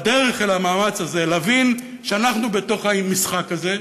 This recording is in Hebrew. בדרך אל המאמץ הזה, להבין שאנחנו בתוך המשחק הזה,